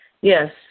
Yes